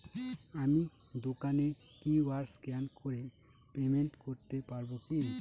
আমি দোকানে QR scan করে পেমেন্ট করতে পারবো কি?